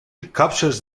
captures